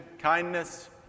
kindness